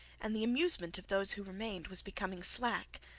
and the amusement of those who remained was becoming slack.